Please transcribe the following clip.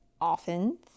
often